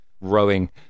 rowing